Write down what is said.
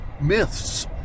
myths